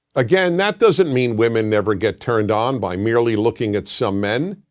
again, that doesn't mean women never get turned on by merely looking at some men.